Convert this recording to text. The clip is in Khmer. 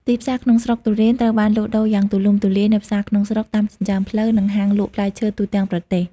ទីផ្សារក្នុងស្រុកទុរេនត្រូវបានលក់ដូរយ៉ាងទូលំទូលាយនៅ ផ្សារក្នុងស្រុក តាមចិញ្ចើមផ្លូវ និងហាងលក់ផ្លែឈើ ទូទាំងប្រទេស។